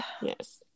yes